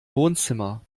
wohnzimmer